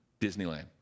Disneyland